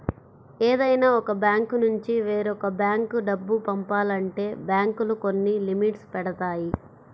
ఏదైనా ఒక బ్యాంకునుంచి వేరొక బ్యేంకు డబ్బు పంపాలంటే బ్యేంకులు కొన్ని లిమిట్స్ పెడతాయి